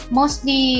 mostly